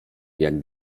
jak